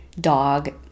dog